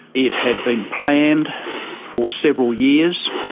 it had been planned for several years,